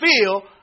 feel